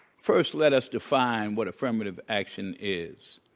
first, let us define what affirmative action is.